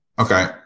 okay